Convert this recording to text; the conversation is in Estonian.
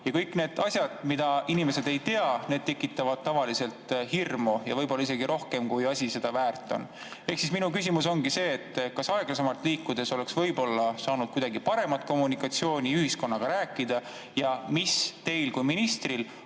Ja kõik asjad, mida inimesed ei tea, tekitavad tavaliselt hirmu ja võib-olla rohkem, kui asi seda väärt on. Ehk siis minu küsimus ongi see: kas aeglasemalt liikudes oleks saanud kuidagi paremat kommunikatsiooni, ühiskonnaga rääkida? Ja mis teil kui ministril